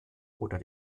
oder